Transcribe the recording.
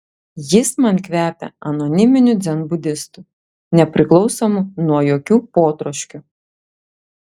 jis man kvepia anoniminiu dzenbudistu nepriklausomu nuo jokių potroškių